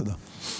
תודה.